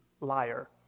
liar